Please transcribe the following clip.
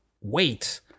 wait